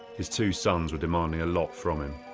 his two sons were demanding a lot from him.